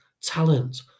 talent